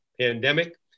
pandemic